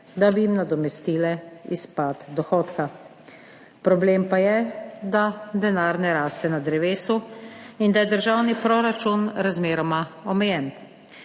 da bi jim nadomestile izpad dohodka. Problem pa je, da denar ne raste na drevesu in da je državni proračun razmeroma omejen.